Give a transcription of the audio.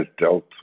dealt